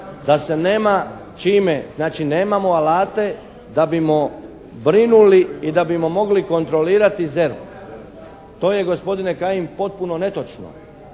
da se nema čime, znači nemamo alate da bi brinuli i da bi mogli kontrolirati ZERP. To je gospodine Kajin potpuno netočno.